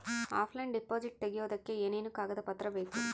Offline deposit ತೆಗಿಯೋದಕ್ಕೆ ಏನೇನು ಕಾಗದ ಪತ್ರ ಬೇಕು?